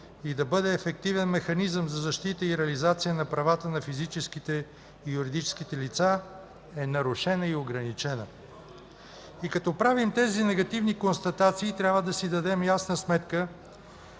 и да бъде ефективен механизъм за защита и реализация на правата на физическите и юридическите лица е нарушена и ограничена. Като правим тези негативни констатации, трябва да си дадем ясна сметка,